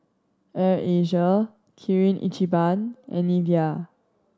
Air Asia Kirin Ichiban and Nivea